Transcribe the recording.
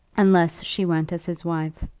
unless she went as his wife.